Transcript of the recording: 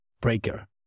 breaker